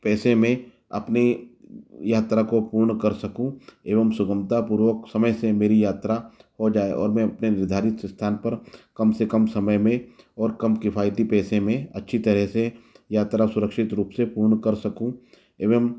पैसे में अपने यात्रा को पूर्ण कर सकूँ एवं सुगमतापूर्वक समय से मेरी यात्रा हो जाए और मैं अपने निर्धारित स्थान पर कम से कम समय में और कम किफ़ायदी पैसे में अच्छी तरह से यात्रा सुरक्षित रूप से पूर्ण कर सकूँ एवं